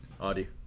Audi